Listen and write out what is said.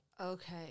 Okay